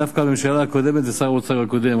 זה דווקא הממשלה הקודמת ושר האוצר הקודם.